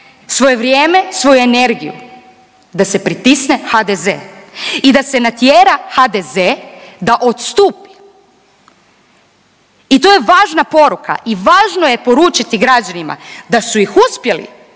svoje vrijeme, svoju energiju da se pritisne HDZ i da se natjera HDZ da odstupi i to je važna poruka i važno je poručiti građanima da su ih uspjeli